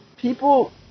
people